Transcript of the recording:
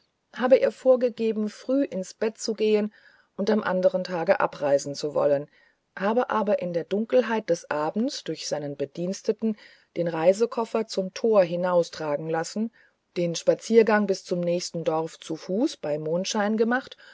habe er vorgegeben früh ins bett zu gehen und am anderen tage abreisen zu wollen habe aber in der dunkelheit des abends durch seinen bedienten den reisekoffer zum tor hinaustragen lassen den spaziergang bis zum nächsten dorfe zu fuße bei mondschein gemacht